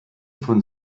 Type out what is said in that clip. von